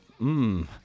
Mmm